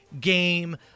game